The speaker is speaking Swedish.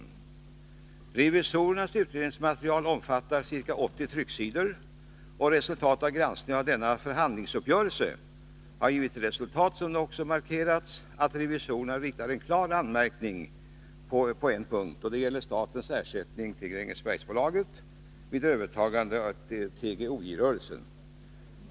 Nr 46 Revisorernas utredningsmaterial omfattar ca 80 trycksidor. Granskningen Torsdagen den av denna förhandlingsuppgörelse har givit till resultat att revisorerna riktar 9 december 1982 en klar anmärkning på en punkt. Det gäller statens ersättning till Grängesbergsbolaget vid övertagandet av TGOJ-rörelsen.